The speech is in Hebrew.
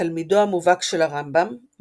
תלמידו המובהק של הרמב"ם,